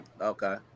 Okay